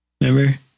Remember